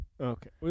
Okay